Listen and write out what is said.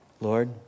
Lord